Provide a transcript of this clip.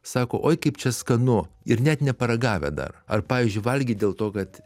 sako oi kaip čia skanu ir net neparagavę dar ar pavyzdžiui valgyt dėl to kad